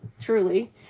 truly